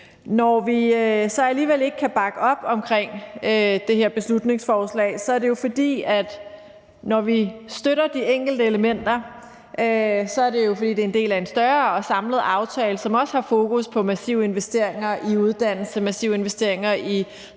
Når vi så alligevel ikke kan bakke op omkring det her beslutningsforslag, handler det om, at når vi støtter de enkelte elementer, er det jo, fordi de er en del af en større og samlet aftale, som også har fokus på massive investeringer i uddannelse og massive investeringer i den